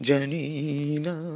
Janina